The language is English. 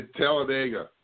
Talladega